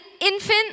infant